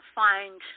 find